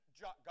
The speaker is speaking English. God